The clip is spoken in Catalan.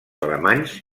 alemanys